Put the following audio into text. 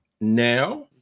now